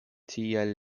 tiaj